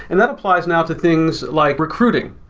and that applies now to things like recruiting.